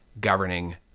governing